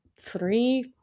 three